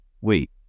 wait